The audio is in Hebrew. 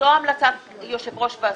זו המלצת היושב-ראש והסגנים.